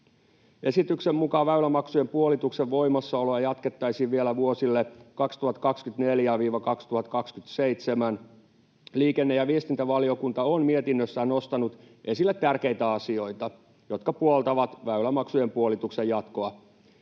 Esityksen mukaan väylämaksujen puolituksen voimassaoloa jatkettaisiin vielä vuosille 2024—2027. Liikenne- ja viestintävaliokunta on mietinnössään nostanut esille tärkeitä asioita, jotka puoltavat väylämaksujen puolituksen jatkoa